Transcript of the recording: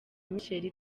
michelle